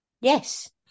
Yes